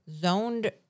zoned